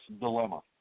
Dilemma